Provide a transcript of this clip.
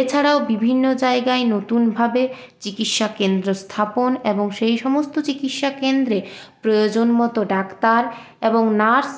এ ছাড়াও বিভিন্ন জায়গায় নতুন ভাবে চিকিৎসা কেন্দ্র স্থাপন এবং সেই সমস্ত চিকিৎসা কেন্দ্রে প্রয়োজন মতো ডাক্তার এবং নার্স